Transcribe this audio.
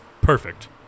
perfect